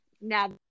now